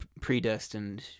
predestined